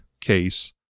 case